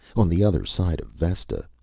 on the other side of vesta.